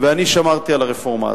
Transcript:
ואני שמרתי על הרפורמה הזאת.